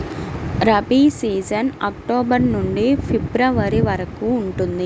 rabi season October నుండి February వరకు ఉంటుంది